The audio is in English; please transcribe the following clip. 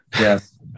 Yes